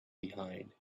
behind